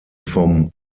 vom